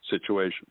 situation